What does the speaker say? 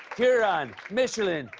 huron, michelen,